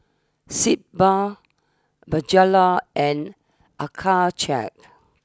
Sitz Bath Bonjela and Accucheck